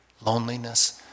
loneliness